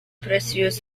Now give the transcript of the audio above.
precious